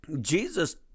Jesus